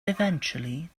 eventually